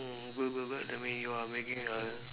good good good that mean you are making a